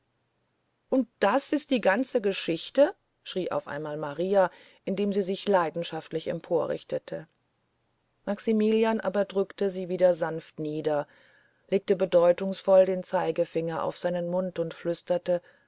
und das ist die ganze geschichte schrie auf einmal maria indem sie sich leidenschaftlich emporrichtete maximilian aber drückte sie wieder sanft nieder legte bedeutungsvoll den zeigefinger auf seinen mund und flüsterte